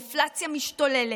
אינפלציה משתוללת.